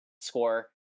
score